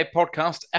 podcast